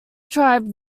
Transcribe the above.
tribe